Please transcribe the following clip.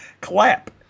Clap